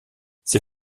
ses